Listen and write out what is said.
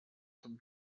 come